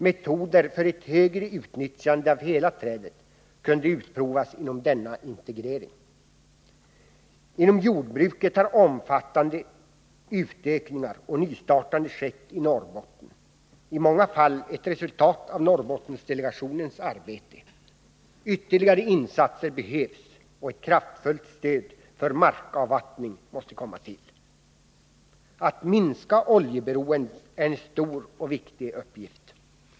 Metoder för ett högre utnyttjande av hela trädet kunde utprovas inom denna integrering. Inom jordbruket har omfattande utökningar och nystartande skett i Norrbotten, i många fall ett resultat av Norrbottensdelegationens arbete. Ytterligare insatser behövs, och ett kraftfullt stöd för markavvattning måste komma till. Att minska oljeberoendet är en stor och viktig uppgift.